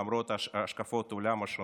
למרות השקפות העולם השונות,